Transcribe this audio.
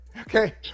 Okay